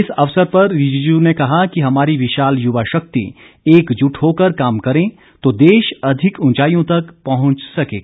इस अवसर पर रिजिजू ने कहा कि हमारी विशाल युवा शक्ति एकजुट होकर काम करे तो देश अधिक ऊंचाइयों तक पहुंच सकेगा